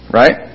right